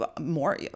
more